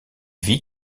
vit